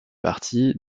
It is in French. partie